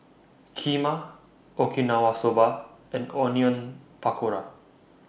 Kheema Okinawa Soba and Onion Pakora